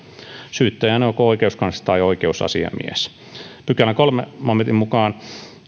syyttäjänä on joko oikeuskansleri tai oikeusasiamies pykälän kolmannen momentin mukaan